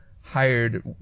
hired